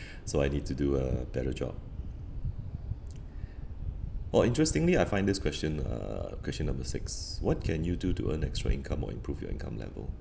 so I need to do a better job or interestingly I find this question uh question number six what can you do to earn extra income or improve your income level